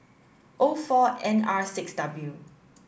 O four N R six W